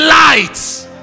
lights